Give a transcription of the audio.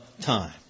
time